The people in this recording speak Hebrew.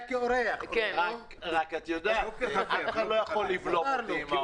את יודעת, אף אחד לא יכול לבלום אותי.